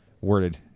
worded